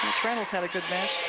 tranel has had a good match.